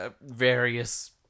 various